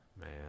man